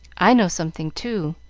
i know something, too.